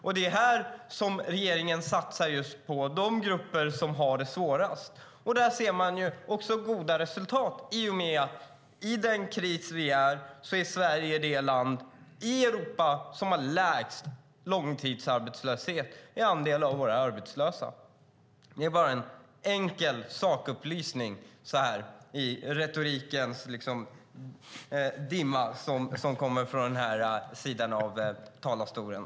Det är här som regeringen satsar just på de grupper som har det svårast. Där ser man också goda resultat i och med att Sverige, i den kris vi är i, är det land i Europa som har lägst långtidsarbetslöshet i andel av våra arbetslösa. Det är bara en enkel sakupplysning i retorikens dimma som kommer från den här talarstolen.